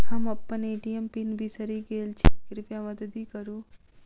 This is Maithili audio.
हम अप्पन ए.टी.एम पीन बिसरि गेल छी कृपया मददि करू